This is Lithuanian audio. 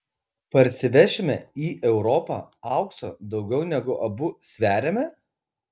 parsivešime į europą aukso daugiau negu abu sveriame